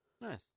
Nice